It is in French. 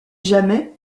jamais